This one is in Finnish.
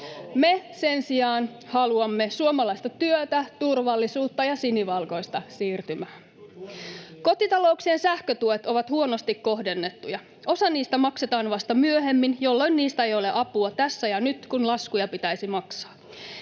Me sen sijaan haluamme suomalaista työtä, turvallisuutta ja sinivalkoista siirtymää. Kotitalouksien sähkötuet ovat huonosti kohdennettuja. Osa niistä maksetaan vasta myöhemmin, jolloin niistä ei ole apua tässä ja nyt, kun laskuja pitäisi maksaa.